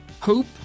hope